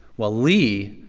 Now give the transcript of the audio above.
well, lee,